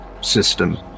system